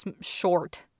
short